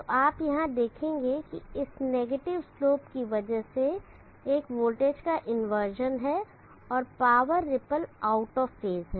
तो आप यहाँ देखेंगे कि इस नेगेटिव स्लोप की वजह से एक वोल्टेज का इंवर्जन है और power ripple out of phase हैं